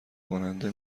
کننده